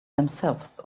themselves